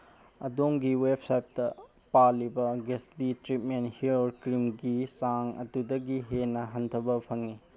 ꯑꯗꯣꯝꯒꯤ ꯋꯦꯕꯁꯥꯏꯠꯇ ꯄꯥꯜꯂꯤꯕ ꯒꯦꯠꯁꯕꯤ ꯇ꯭ꯔꯤꯠꯃꯦꯟ ꯍꯤꯌꯥꯔ ꯀ꯭ꯔꯤꯝꯒꯤ ꯆꯥꯡ ꯑꯗꯨꯗꯒꯤ ꯍꯦꯟꯅ ꯍꯟꯊꯕ ꯐꯪꯏ